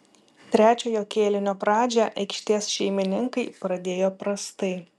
trečiojo kėlinio pradžią aikštės šeimininkai pradėjo prastai